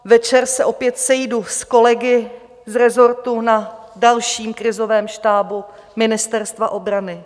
Večer se opět sejdu s kolegy z resortu na dalším krizovém štábu Ministerstva obrany.